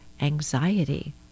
anxiety